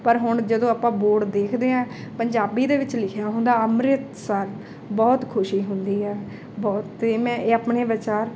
ਪਰ ਹੁਣ ਜਦੋਂ ਆਪਾਂ ਬੋੜ ਦੇਖਦੇ ਹਾਂ ਪੰਜਾਬੀ ਦੇ ਵਿੱਚ ਲਿਖਿਆ ਹੁੰਦਾ ਅੰਮ੍ਰਿਤਸਰ ਬਹੁਤ ਖੁਸ਼ੀ ਹੁੰਦੀ ਹੈ ਬਹੁਤ ਮੈਂ ਇਹ ਆਪਣੇ ਵਿਚਾਰ